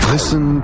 Listen